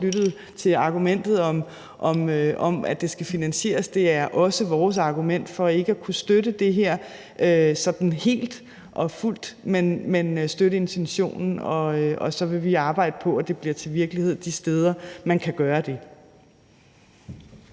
lyttet til argumentet om, at det skal finansieres. Det er også vores argument for ikke at kunne støtte det her sådan helt og fuldt, men vi støtter intentionen, og så vil vi arbejde på, at det bliver til virkelighed de steder, man kan gøre det.